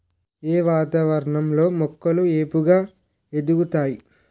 ఏ వాతావరణం లో మొక్కలు ఏపుగ ఎదుగుతాయి?